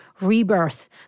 rebirth